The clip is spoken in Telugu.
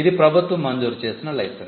ఇది ప్రభుత్వం మంజూరు చేసిన లైసెన్స్